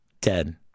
dead